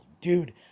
Dude